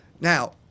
Now